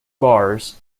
bars